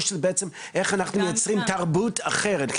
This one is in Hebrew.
או שבעצם אנחנו מדברים על איך אנחנו יוצרים תרבות אחרת?